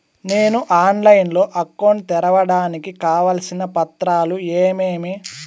నేను ఆన్లైన్ లో అకౌంట్ తెరవడానికి కావాల్సిన పత్రాలు ఏమేమి?